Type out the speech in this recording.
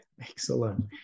Excellent